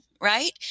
right